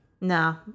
No